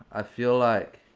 i feel like.